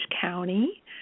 County